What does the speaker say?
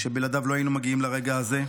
שבלעדיו לא היינו מגיעים לרגע הזה,